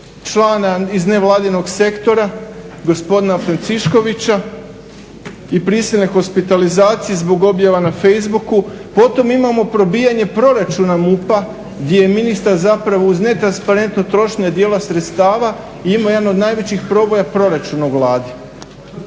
člana iz nevladinog sektora, gospodina Preciškovića i prisilne hospitalizacije zbog objava na facebook-u. Potom imamo probijanje proračuna MUP-a gdje je ministar zapravo uz ne transparentno trošenje dijela sredstava ima jedan od najvećih proboja proračuna u Vladi.